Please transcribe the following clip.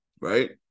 right